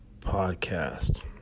podcast